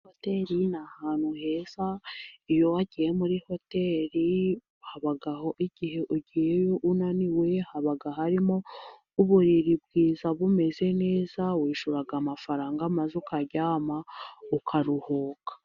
Hoteri ni ahantu heza, iyo ugiye muri hoteri habaho igihe ugiyeyo unaniwe, haba harimo uburiri bwiza bumeze neza wishyura amafaranga, maze ukaryama ukaruhuka.